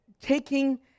taking